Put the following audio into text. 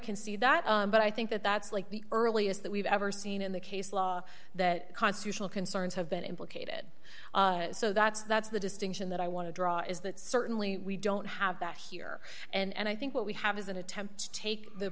concede that but i think that that's like the earliest that we've ever seen in the case law that constitutional concerns have been implicated so that's that's the distinction that i want to draw is that certainly we don't have that here and i think what we have is an attempt to take the